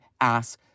ass